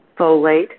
folate